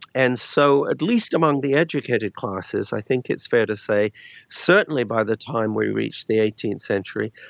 and so at least amongst the educated classes i think it's fair to say certainly by the time we reached the eighteenth century,